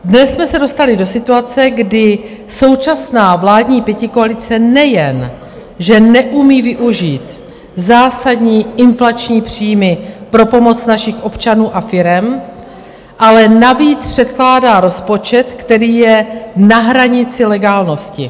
Dnes jsme se dostali do situace, kdy současná vládní pětikoalice nejenže neumí využít zásadní inflační příjmy pro pomoc našich občanů a firem, ale navíc předkládá rozpočet, který je na hranici legálnosti.